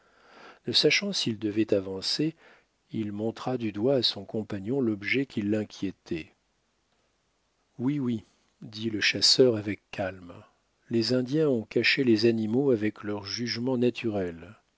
ne sachant s'il devait avancer il montra du doigt à son compagnon l'objet qui l'inquiétait oui oui dit le chasseur avec calme les indiens ont caché les animaux avec leur jugement naturel